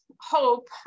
hope